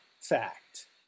fact